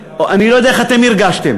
אני לא יודע איך אתם הרגשתם,